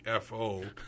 FO